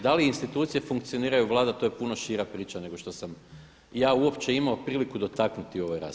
Da li institucije funkcioniraju, Vlada to je puno šira priča nego što sam ja uopće imao prilike dotaknuti u ovoj raspravi.